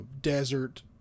desert